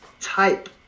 type